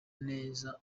neza